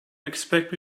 expect